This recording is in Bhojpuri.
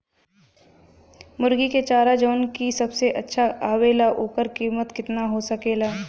मुर्गी के चारा जवन की सबसे अच्छा आवेला ओकर कीमत केतना हो सकेला?